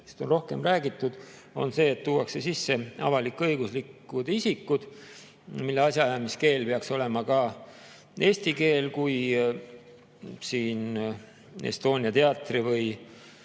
millest on rohkem räägitud, on see, et tuuakse sisse avalik-õiguslikud isikud, mille asjaajamiskeel peaks olema eesti keel. Kui Estonia teatri või